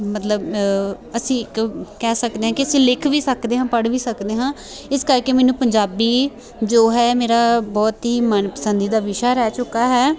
ਮਤਲਬ ਅਸੀਂ ਇੱਕ ਕਹਿ ਸਕਦੇ ਹਾਂ ਕਿ ਅਸੀਂ ਲਿਖ ਵੀ ਸਕਦੇ ਹਾਂ ਪੜ ਵੀ ਸਕਦੇ ਹਾਂ ਇਸ ਕਰਕੇ ਮੈਨੂੰ ਪੰਜਾਬੀ ਜੋ ਹੈ ਮੇਰਾ ਬਹੁਤ ਹੀ ਮਨਪਸੰਦੀ ਦਾ ਵਿਸ਼ਾ ਰਹਿ ਚੁੱਕਾ ਹੈ